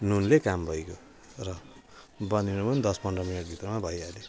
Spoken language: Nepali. नुनले काम भइगयो र बनिन पनि दस पन्ध्र मिनट भित्रमा भइहाल्यो